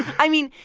i mean,